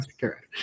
Correct